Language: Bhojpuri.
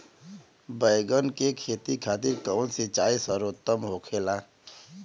बैगन के खेती खातिर कवन सिचाई सर्वोतम होखेला?